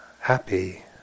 happy